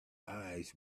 eyes